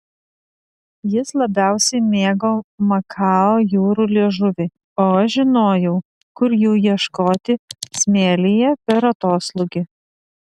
jis labiausiai mėgo makao jūrų liežuvį o aš žinojau kur jų ieškoti smėlyje per atoslūgį